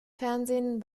fernsehen